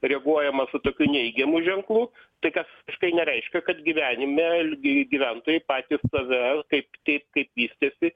reaguojama su tokiu neigiamu ženklu tai kas visiškai nereiškia kad gyvenime gy gyventojai patys save kaip kaip kaip vystėsi